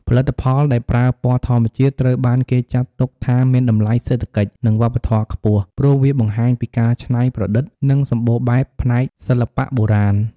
ផលិតផលដែលប្រើពណ៌ធម្មជាតិ ត្រូវបានគេចាត់ទុកថាមានតម្លៃសេដ្ឋកិច្ច និងវប្បធម៌ខ្ពស់ ព្រោះវាបង្ហាញពីការច្នៃប្រឌិត និងសម្បូរបែបផ្នែកសិល្បៈបុរាណ។